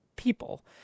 People